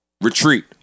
retreat